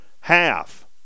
half